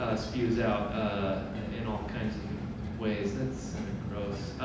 ah spews out ah in all kinds of ways, that sounded gross.